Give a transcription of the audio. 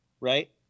right